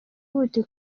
huti